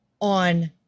on